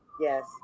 Yes